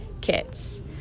kits